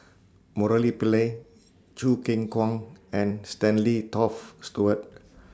Murali Pillai Choo Keng Kwang and Stanley Toft Stewart